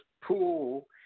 pool